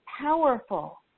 powerful